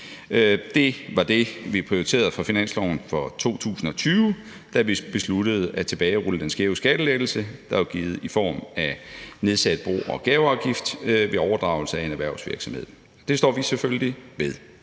Det var det, vi prioriterede i finansloven for 2020, da vi besluttede at tilbagerulle den skæve skattelettelse, der var givet i form af nedsat bo- og gaveafgift ved overdragelse af en erhvervsvirksomhed. Det står vi selvfølgelig ved.